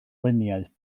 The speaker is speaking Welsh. luniau